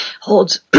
holds